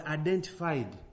identified